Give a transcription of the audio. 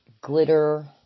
glitter